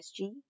SG